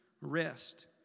rest